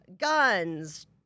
guns